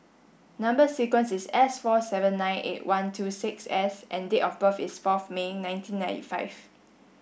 number sequence is S four seven nine eight one two six S and date of birth is forth May nineteen ninety five